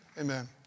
Amen